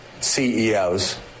CEOs